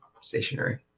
stationary